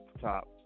top